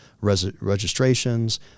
registrations